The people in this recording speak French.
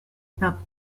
pas